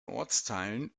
ortsteilen